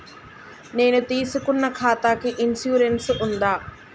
నేను తీసుకున్న ఖాతాకి ఇన్సూరెన్స్ ఉందా?